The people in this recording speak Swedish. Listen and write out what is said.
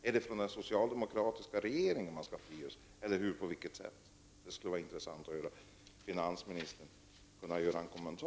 Är det den socialdemokratiska regeringen arbetarklassen skall frigöra sig ifrån? Det skulle det vara intressant att få finansministerns kommentar till detta.